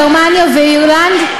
גרמניה ואירלנד.